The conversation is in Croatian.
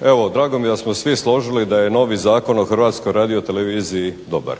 Evo drago mi je da smo se svi složili da je novi Zakon o Hrvatskoj radioteleviziji dobar,